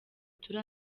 turi